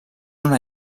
una